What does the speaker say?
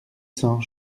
cents